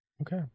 Okay